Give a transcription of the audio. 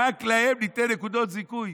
רק להם ניתן נקודות זיכוי?